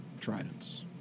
tridents